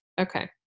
Okay